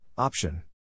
Option